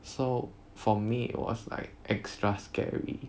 so for me it was like extra scary